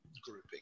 grouping